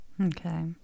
Okay